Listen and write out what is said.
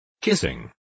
Kissing